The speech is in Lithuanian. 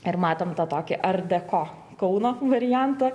ir matom tą tokį art deko kauno variantą